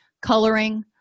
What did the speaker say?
Coloring